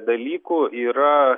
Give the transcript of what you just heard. dalykų yra